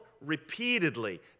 repeatedly